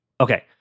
okay